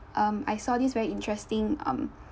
um I saw this very interesting um